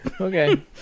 Okay